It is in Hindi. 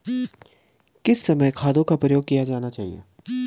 किस समय खादों का प्रयोग किया जाना चाहिए?